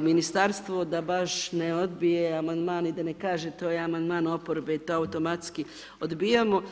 Ministarstvo da baš ne odbije amandman i da ne kaže to je amandman oporbe i to automatski odbijamo.